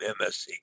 MSC